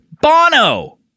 Bono